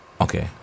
Okay